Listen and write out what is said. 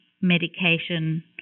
medication